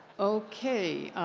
okay.